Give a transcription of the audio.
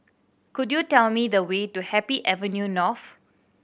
could you tell me the way to Happy Avenue North